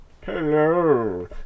Hello